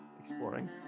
exploring